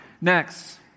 Next